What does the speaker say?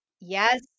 Yes